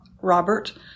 Robert